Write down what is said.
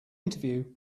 interview